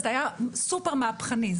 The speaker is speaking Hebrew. זה היה סופר מהפכני,